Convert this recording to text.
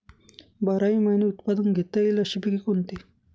बाराही महिने उत्पादन घेता येईल अशी पिके कोणती?